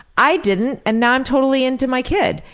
i didn't, and now i'm totally into my kid.